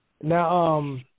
Now